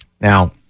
now